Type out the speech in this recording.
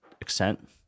extent